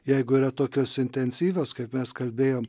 jeigu yra tokios intensyvios kaip mes kalbėjom